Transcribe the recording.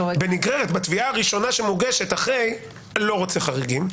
בנגררת בתביעה הראשונה שמוגשת אחרי כן אני לא רוצה חריגים.